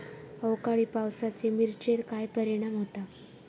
अवकाळी पावसाचे मिरचेर काय परिणाम होता?